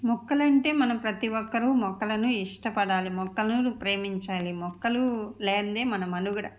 మొక్కలంటే మనం ప్రతి ఒక్కరూ మొక్కలను ఇష్టపడాలి మొక్కలను ప్రేమించాలి మొక్కలు లేనిదే మన మనుగడ